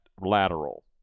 lateral